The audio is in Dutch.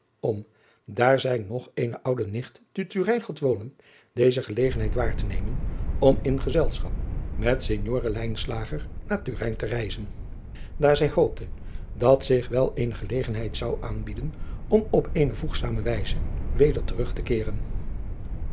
om daar zij nog eene oude nicht te turin had wonen deze gelegenheid waar te nemen om in gezelschap met signore lijnslager naar turin te reizen daar zij hoopte dat zich wel eene gelegenheid zou aanbieden om op eene voegzame wijze weder terug te keeren